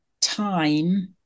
time